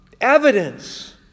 evidence